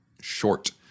short